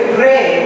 pray